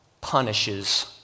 punishes